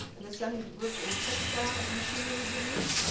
the son worked in the textile machinery business,